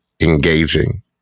engaging